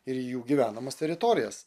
ir jų gyvenamas teritorijas